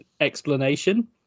explanation